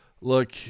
look